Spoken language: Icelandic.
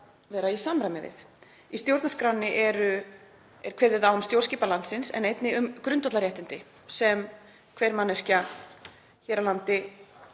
vera í samræmi við. Í stjórnarskránni er kveðið á um stjórnskipan landsins en einnig um grundvallarréttindi sem hver manneskja hér á landi